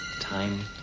Time